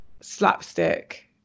slapstick